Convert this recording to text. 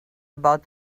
about